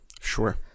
Sure